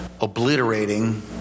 obliterating